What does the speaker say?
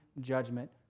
judgment